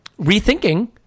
rethinking